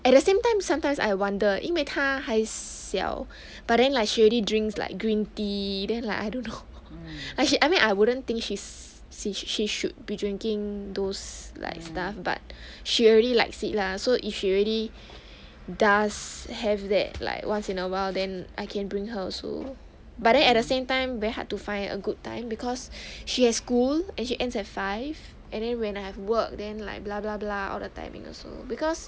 at the same time sometimes I wonder 因为她还小 but then like she already drinks like green tea then like I don't know I mean I wouldn't think she's she should be drinking those like stuff but she already likes it lah so if she already does have that like once in awhile then I can bring her also but then at the same time were hard to find a good time because she has school and she ends five and then when I have work them like blah blah blah all the timing also because